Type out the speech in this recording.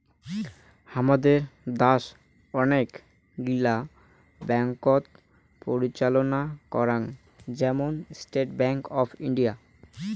হামাদের দ্যাশ অনেক গিলা ব্যাঙ্ককোত পরিচালনা করাং, যেমন স্টেট ব্যাঙ্ক অফ ইন্ডিয়া